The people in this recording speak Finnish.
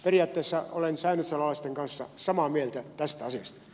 periaatteessa olen säynätsalolaisten kanssa samaa mieltä tästä asiasta